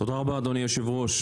תודה רבה, אדוני היושב-ראש.